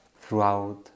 throughout